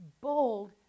bold